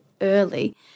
early